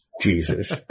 Jesus